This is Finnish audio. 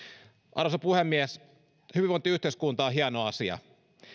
arvoisa puhemies hyvinvointiyhteiskunta on hieno asia